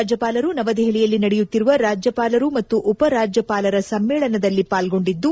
ರಾಜ್ಯಪಾಲರು ನವದೆಪಲಿಯಲ್ಲಿ ನಡೆಯುತ್ತಿರುವ ರಾಜ್ಯಪಾಲರು ಮತ್ತು ಉಪರಾಜ್ಯಪಾಲರ ಸಮ್ಮೇಳನದಲ್ಲಿ ಪಾಲ್ಗೊಂಡಿದ್ದು